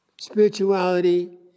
Spirituality